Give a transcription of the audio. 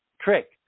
trick